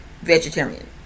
vegetarian